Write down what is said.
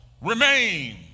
remain